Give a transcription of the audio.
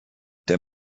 der